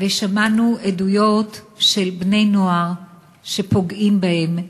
ושמענו עדויות של בני-נוער שפוגעים בהם,